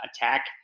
attack